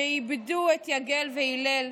שאיבדו את יגל והלל,